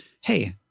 Hey